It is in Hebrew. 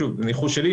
ניחוש שלי,